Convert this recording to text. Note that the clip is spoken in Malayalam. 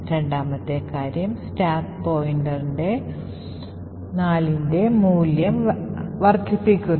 രണ്ടാമത്തെ കാര്യം സ്റ്റാക്ക് പോയിന്റർ 4 ന്റെ മൂല്യം വർദ്ധിപ്പിക്കുന്നു